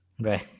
Right